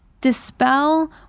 dispel